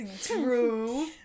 True